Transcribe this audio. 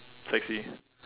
sexy